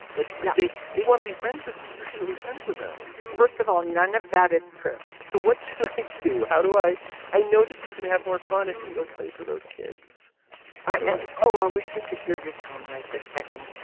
like like they they want to be friends with you you shouldn't be friends with them. first of all none of that is true. so what to how do i i know that he's going to have more fun if he goes plays for those kids oh i wish you could hear your tone right this second.